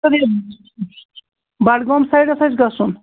اَگَرے بَڈگوم سایڈَس آسہِ گَژھُن